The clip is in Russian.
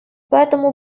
поэтому